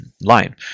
line